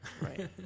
Right